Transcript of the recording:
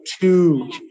two